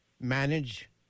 manage